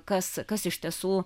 kas kas iš tiesų